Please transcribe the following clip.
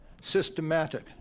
systematic